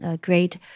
great